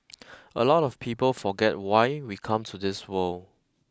a lot of people forget why we come to this world